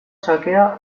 xakea